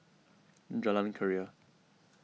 Jalan Keria